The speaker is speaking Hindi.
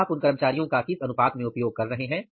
तो आप उन कर्मचारियों का किस अनुपात में उपयोग कर रहे हैं